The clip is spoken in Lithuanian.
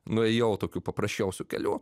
nuėjau tokiu paprasčiausiu keliu